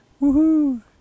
Woohoo